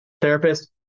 therapist